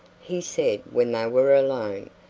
he said when they were alone,